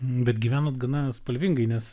bet gyvenot gana spalvingai nes